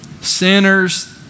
sinners